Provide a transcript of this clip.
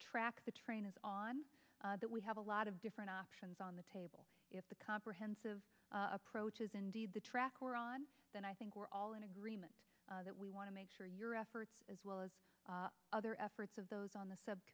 track the train is on that we have a lot of different options on the table if the comprehensive approach is indeed the track we're on then i think we're all in agreement that we want to make sure your efforts as well as other efforts of those on the sub